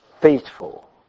faithful